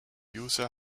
user